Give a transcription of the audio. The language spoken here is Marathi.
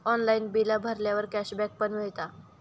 ऑनलाइन बिला भरल्यावर कॅशबॅक पण मिळता